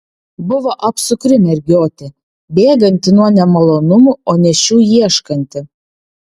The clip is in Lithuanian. buvo apsukri mergiotė bėganti nuo nemalonumų o ne šių ieškanti